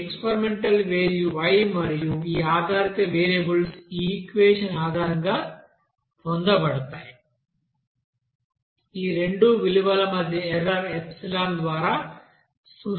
ఈ experimental value Y మరియు ఈ ఆధారిత వేరియబుల్స్ ఈ ఈక్వెషన్ ఆధారంగా పొందబడతాయి ఈ రెండు విలువల మధ్య ఎర్రర్ ఎప్సిలాన్ ద్వారా సూచించబడుతుంది